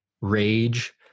rage